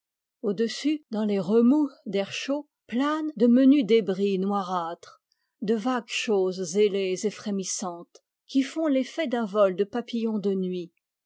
au-dessus dans les remous d'air chaud planent de menus débris noirâtres de vagues choses ailées et frémissantes qui font l'effet d'un vol de papillons de nuit